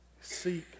seek